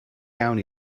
iawn